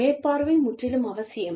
மேற்பார்வை முற்றிலும் அவசியம்